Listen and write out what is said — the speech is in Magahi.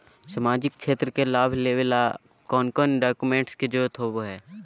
सामाजिक क्षेत्र के लाभ लेबे ला कौन कौन डाक्यूमेंट्स के जरुरत होबो होई?